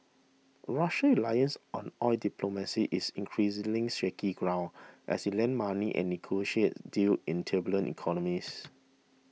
Russia's reliance on oil diplomacy is increasingly shaky grounds as it lends money and negotiates deals in turbulent economies